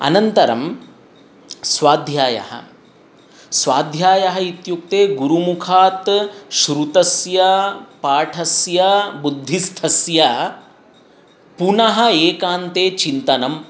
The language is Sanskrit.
अनन्तरं स्वाध्यायः स्वाध्यायः इत्युक्ते गुरुमुखात् श्रुतस्य पाठस्य बुद्धिस्थस्य पुनः एकान्ते चिन्तनं